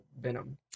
Venom